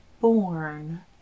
born